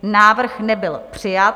Návrh nebyl přijat.